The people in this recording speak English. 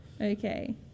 Okay